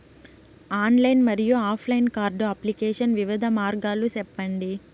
Online మరియు offline card application వివిధ మార్గాలు సెప్పండి?